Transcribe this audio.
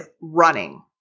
running